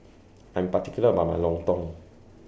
I'm particular about My Lontong